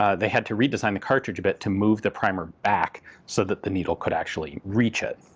ah they had to redesign the cartridge a bit to move the primer back so that the needle could actually reach it.